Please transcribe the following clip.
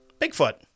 Bigfoot